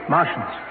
Martians